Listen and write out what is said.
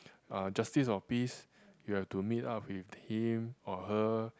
uh justice of peace you have to meet up with him or her